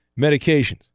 medications